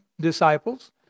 disciples